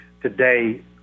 today